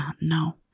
No